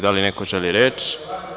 Da li neko želi reč?